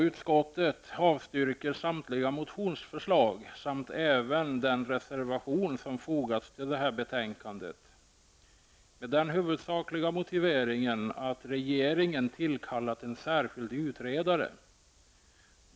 Utskottet avstyrker samtliga motionsförslag, samt även den reservation som fogats till betänkandet, med den huvudsakliga motiveringen att regeringen tillkallat en särskild utredare.